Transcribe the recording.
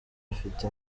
afite